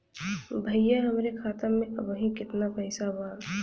भईया हमरे खाता में अबहीं केतना पैसा बा?